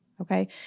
okay